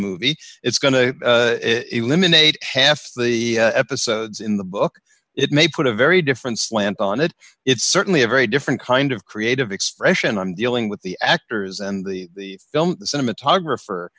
movie it's going to it women ate half the episodes in the book it may put a very different slant on it it's certainly a very different kind of creative expression i'm dealing with the actors and the film the cinema ta grapher